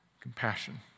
Compassion